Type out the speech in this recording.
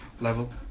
level